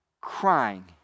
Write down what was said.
crying